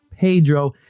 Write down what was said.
Pedro